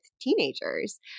teenagers